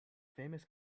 famous